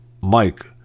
Mike